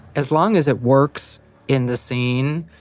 as long as it works in the scene,